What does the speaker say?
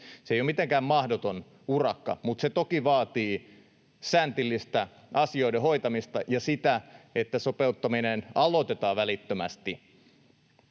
Se ei ole mitenkään mahdoton urakka, mutta se toki vaatii säntillistä asioiden hoitamista ja sitä, että sopeuttaminen aloitetaan välittömästi.